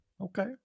okay